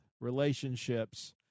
relationships